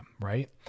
right